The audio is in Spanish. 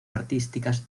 artísticas